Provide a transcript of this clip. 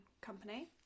company